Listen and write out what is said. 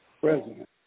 President